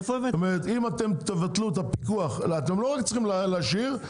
לא רק שאתם צריכים להשאיר את הפיקוח,